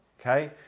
Okay